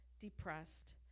depressed